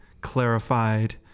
clarified